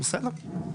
בסדר,